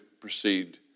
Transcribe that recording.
proceed